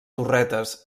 torretes